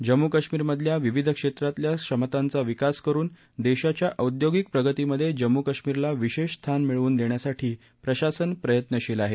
जम्मू कश्मीरमधल्या विविध क्षेत्रातल्या क्षमतांचा विकास करुन देशाच्या औद्योगिक प्रगतीमधे जम्मू कश्मीररला विशेष स्थान मिळवून देण्यासाठी प्रशासन प्रयत्नशील आहे